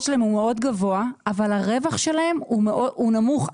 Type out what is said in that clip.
שלהם הוא מאוד גבוה אבל הרווח שלהם הוא נמוך.